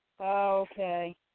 Okay